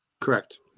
Correct